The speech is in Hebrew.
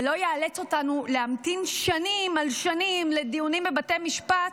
ולא יאלץ אותנו להמתין שנים על שנים לדיונים בבתי משפט,